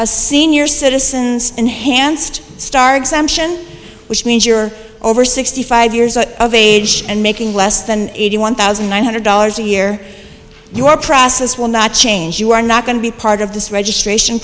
a senior citizens enhanced star exemption which means you're over sixty five years and of age and making less than eighty one thousand nine hundred dollars a year your process will not change you are not going to be part of this registration